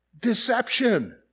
deception